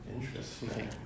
Interesting